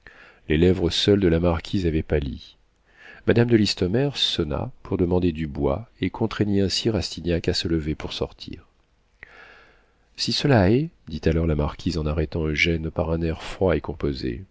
les lèvres seules de la marquise avaient pâli madame de listomère sonna pour demander du bois et contraignit ainsi rastignac à se lever pour sortir si cela est dit alors la marquise en arrêtant eugène par un air froid et composé